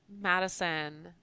Madison